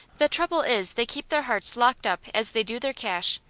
the trouble is they keep their hearts locked up as they do their cash,